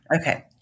Okay